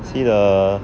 see the